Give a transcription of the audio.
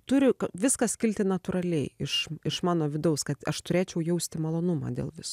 turi viskas kilti natūraliai iš iš mano vidaus kad aš turėčiau jausti malonumą dėl visko